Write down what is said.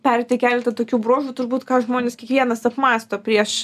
pereiti keletą tokių bruožų turbūt ką žmonės kiekvienas apmąsto prieš